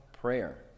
prayer